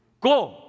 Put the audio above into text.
Go